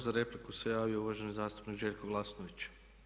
Za repliku se javio uvaženi zastupnik Željko Glasnović.